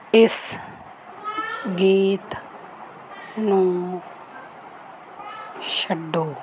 ਇਸ ਗੀਤ ਨੂੰ ਛੱਡੋ